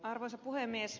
arvoisa puhemies